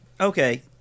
Okay